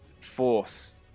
force